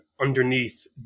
underneath